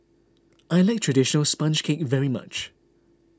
I like Traditional Sponge Cake very much